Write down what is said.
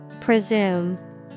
Presume